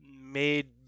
made